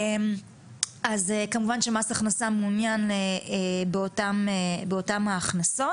אז כמובן שמס הכנסה מעוניין באותן ההכנסות,